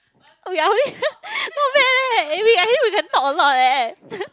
oh yea not bad leh we at least we can talk a lot leh